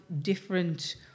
different